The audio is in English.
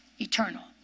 eternal